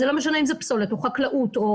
זה לא משנה אם זה פסולת או חקלאות או